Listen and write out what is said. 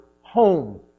home